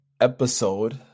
episode